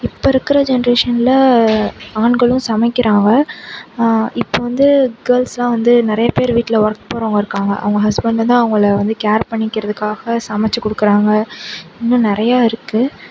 இப்போ இருக்கிற ஜென்ரேஷனில் ஆண்களும் சமைக்கிறாங்க இப்போ வந்து கேர்ள்ஸ்யெலாம் வந்து நிறைய பேர் வீட்டில் வொர்க் போகிறவுங்க இருக்காங்க அவங்க ஹஸ்பண்ட் வந்து அவங்கள வந்து கேர் பண்ணிக்கிறதுக்காக சமைச்சி கொடுக்குறாங்க இன்னும் நிறைய இருக்குது